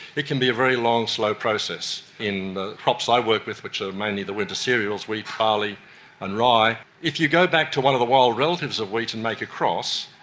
it can be a very long and slow process. in the crops i work with, which are mainly the winter cereals wheat, barley and rye if you go back to one of the wild relatives of wheat and make cross,